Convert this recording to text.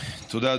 תודה.